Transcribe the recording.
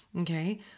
Okay